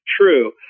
True